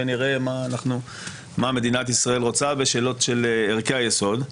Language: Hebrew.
ונראה מה מדינת ישראל רוצה בשאלות של ערכי היסוד.